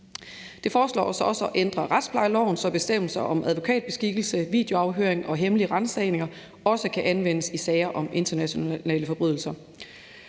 Det foreslås også at ændre retsplejeloven, så bestemmelser om advokatbeskikkelse, videoafhøring og hemmelige ransagninger også kan anvendes i sager om internationale forbrydelser.